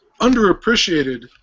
underappreciated